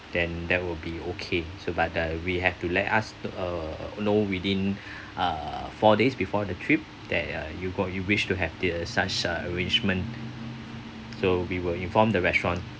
then that will be okay so but uh we have to let us uh know within uh four days before the trip that uh you got you wish to have the such uh arrangement so we will inform the restaurant